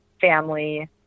family